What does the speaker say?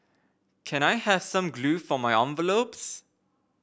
can I have some glue for my envelopes